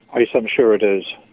um yes, i'm sure it is.